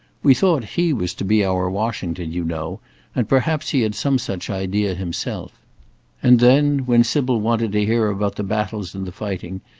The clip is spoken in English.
we thought he was to be our washington, you know and perhaps he had some such idea himself and then, when sybil wanted to hear about the baffles and the fighting,